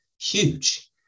huge